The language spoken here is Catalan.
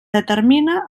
determine